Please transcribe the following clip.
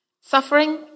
Suffering